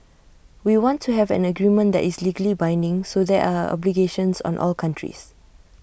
we want to have an agreement that is legally binding so there are obligations on all countries